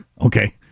Okay